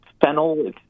fennel